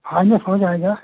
finance हो जाएगा